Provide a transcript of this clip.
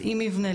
להתאים מבנה,